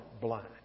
blind